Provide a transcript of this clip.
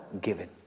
given